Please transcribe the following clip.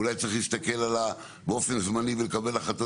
אולי צריך להסתכל באופן זמני ולקבל החלטות